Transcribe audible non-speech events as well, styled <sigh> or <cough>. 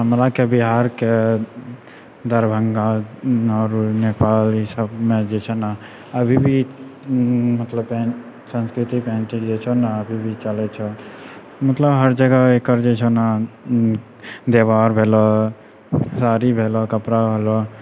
हमराके बिहारके दरभङ्गा आओर नेपाल ई सबमे जे छै ने अभी भी मतलब सांस्कृतिक <unintelligible> जे छौ ने अभी भी चलै छौ मतलब हर जगह एकर जे छौ ने व्यवहार भेलो साड़ी भेलो कपड़ा भेलो